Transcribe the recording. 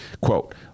Quote